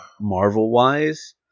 Marvel-wise